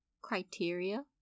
criteria